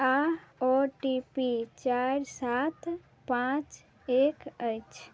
आओर O T P चारि सात पाँच एक अछि